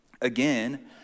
Again